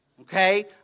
Okay